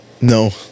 no